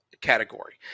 category